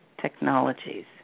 technologies